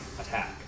attack